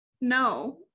no